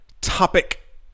topic